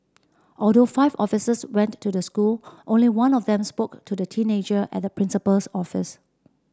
although five officers went to the school only one of them spoke to the teenager at the principal's office